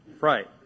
Right